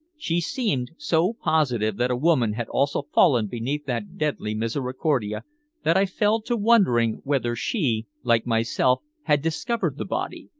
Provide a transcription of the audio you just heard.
she seemed so positive that a woman had also fallen beneath that deadly misericordia that i fell to wondering whether she, like myself, had discovered the body,